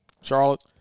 Charlotte